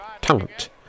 talent